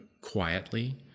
quietly